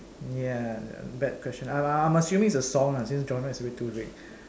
yeah bad question I'm I'm assuming it's a song lah since genre is a bit too big